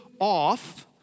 off